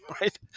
right